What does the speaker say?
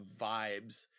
vibes